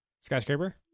skyscraper